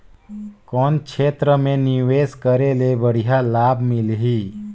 कौन क्षेत्र मे निवेश करे ले बढ़िया लाभ मिलही?